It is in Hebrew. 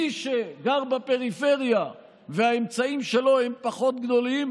מי שגר בפריפריה והאמצעים שלו הם פחות גדולים,